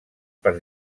per